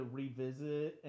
revisit